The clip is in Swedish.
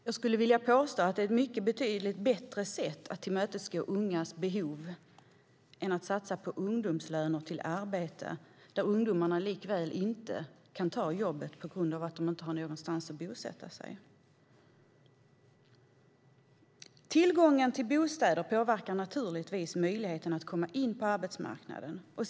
Jag skulle vilja påstå att det är ett betydligt bättre sätt att tillmötesgå ungas behov än att satsa på ungdomslöner för arbeten som ungdomarna ändå inte kan ta för att de inte har någonstans att bosätta sig. Tillgången till bostäder påverkar naturligtvis möjligheten att komma in på arbetsmarknaden.